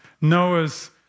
Noah's